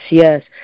yes